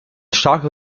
starker